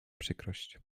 przykrość